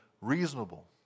reasonable